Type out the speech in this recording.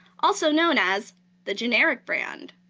also known as the generic brand.